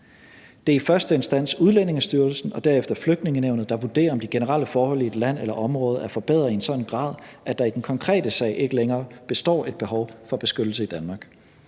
Det er i første instans Udlændingestyrelsen og derefter Flygtningenævnet, der vurderer, om de generelle forhold i et land eller område er forbedret i en sådan grad, at der i den konkrete sag ikke længere består et behov for beskyttelse i Danmark.